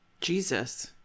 Jesus